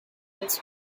his